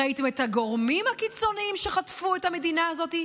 ראיתם את הגורמים הקיצוניים שחטפו את המדינה הזאת,